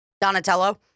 Donatello